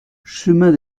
chemin